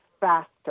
faster